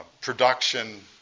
production